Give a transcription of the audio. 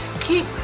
keep